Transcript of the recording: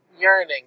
yearning